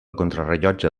contrarellotge